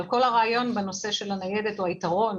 כל הרעיון בנושא של הניידת או היתרון